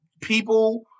people